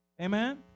Amen